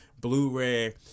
Blu-ray